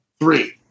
Three